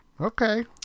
okay